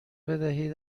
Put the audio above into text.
بدهید